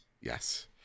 Yes